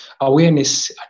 awareness